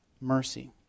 mercy